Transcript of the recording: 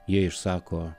jie išsako